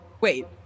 Wait